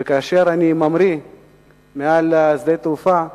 וכאשר אני ממריא מעל שדה-התעופה שלנו,